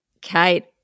Kate